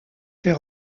fait